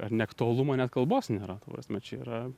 ar neaktualumą net kalbos nėra ta prasme čia yra